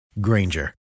Granger